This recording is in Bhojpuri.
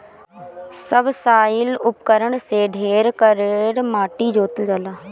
सबसॉइल उपकरण से ढेर कड़ेर माटी जोतल जाला